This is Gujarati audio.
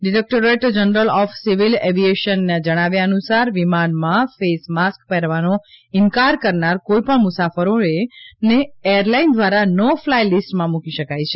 ડિરેક્ટોરેટ જનરલ ઑફ સિવિલ એવિએશને જણાવ્યા અનુસાર વિમાનમાં ફેસ માસ્ક પહેરવાનો ઇનકાર કરનાર કોઈપણ મુસાફરોને એરલાઇન દ્વારા નો ફ્લાય લિસ્ટમાં મૂકી શકાય છે